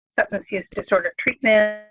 substance abuse disorder treatment,